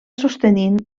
sostenint